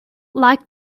like